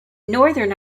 northern